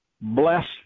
Bless